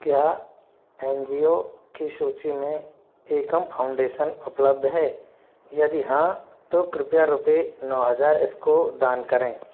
क्या N G O की सूची में एकम फाउंडेशन उपलब्ध है यदि हाँ तो कृपया रुपए नौ हज़ार इसको दान करें